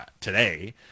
today